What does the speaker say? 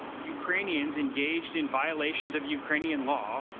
ukrainians engaged in violations of ukrainian law,